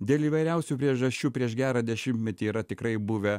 dėl įvairiausių priežasčių prieš gerą dešimtmetį yra tikrai buvę